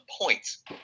points